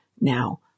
Now